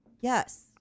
Yes